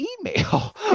email